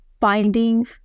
finding